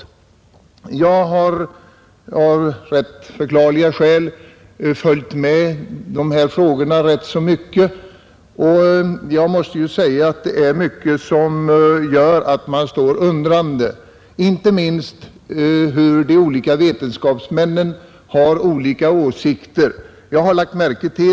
Jag har av lätt förklarliga skäl följt dessa frågor ganska ingående, och jag måste säga att det är mycket som man kan ställa sig undrande inför. Det gäller inte minst de olika åsikter som vetenskapsmännen har.